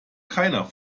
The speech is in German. keiner